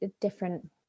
different